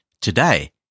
today